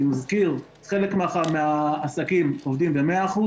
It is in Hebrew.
אני מזכיר חלק מהעסקים עובדים ב-100%,